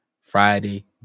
Friday